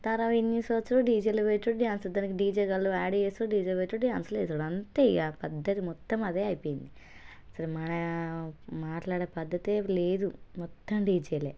తరువాత ఇన్ని సంవత్సరాలు డీజేలు పెట్టుడు డ్యాన్స్ దానికి డీజేగాళ్ళు యాడ్ చేస్తాడు డీజే పెట్టుడు డ్యాన్స్ వేసుడు అంతే ఇక పద్ధతి మొత్తం అదే అయిపోయింది అసలు మన మాట్లాడే పద్ధతే లేదు మొత్తం డీజేలే